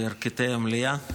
בירכתי המליאה,